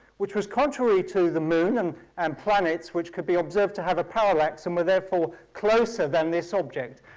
which was contrary to the moon and and planets, which could be observed to have a parallax, and were therefore closer than this object.